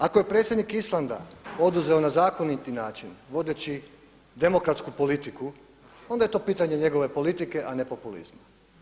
Ako je predsjednik Islanda oduzeo na zakoniti način vodeći demokratsku politiku onda je to pitanje njegove politike, a ne populizma.